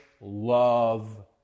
love